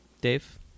Dave